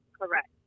Correct